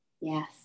Yes